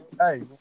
Hey